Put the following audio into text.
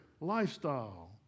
lifestyle